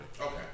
Okay